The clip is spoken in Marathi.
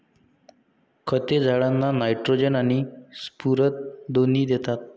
खते झाडांना नायट्रोजन आणि स्फुरद दोन्ही देतात